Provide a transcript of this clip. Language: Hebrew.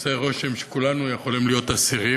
עושה רושם שכולנו יכולים להיות אסירים,